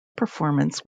performance